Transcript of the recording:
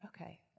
okay